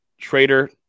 Trader